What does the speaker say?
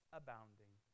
abounding